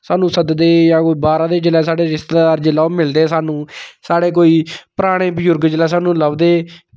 ते स्हानू सददे साढ़े बाहरा दे जेह्ड़े रिश्तेदार जेल्लै बी मिलदे स्हानू साढ़े कोई पराने बजुर्ग स्हानू जेल्लै कोई लभदे